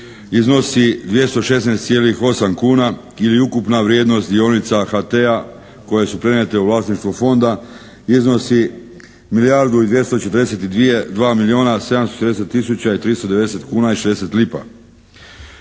iznosi 216,8 kuna ili ukupna vrijednost dionica HT-a koje su prenijete u vlasništvo fonda iznosi milijardu i 242